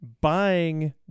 buying